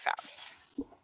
found